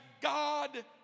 God